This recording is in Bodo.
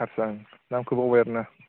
हारसा ओं नामखौ बावबाय आरोना